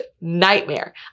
nightmare